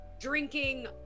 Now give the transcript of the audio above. drinking